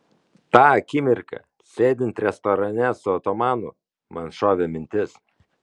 tą akimirką sėdint restorane su otomanu man šovė mintis